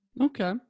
Okay